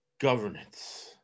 governance